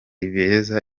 beza